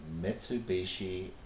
Mitsubishi